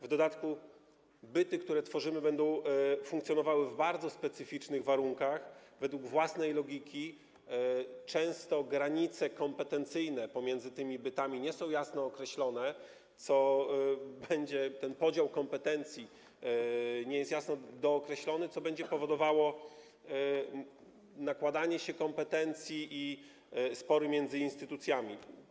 W dodatku byty, które tworzymy, będą funkcjonowały w bardzo specyficznych warunkach, według własnej logiki, często granice kompetencyjne pomiędzy tymi bytami nie są jasno określone, ten podział kompetencji nie jest jasno dookreślony, co będzie powodowało nakładanie się kompetencji i spory między instytucjami.